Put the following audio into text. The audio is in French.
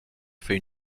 fait